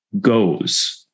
goes